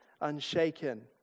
unshaken